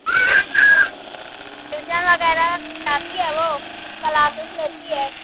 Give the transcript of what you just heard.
tuition وغیرہ جاتی ہے وہ کچھ کلاسز لیتی ہے